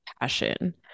passion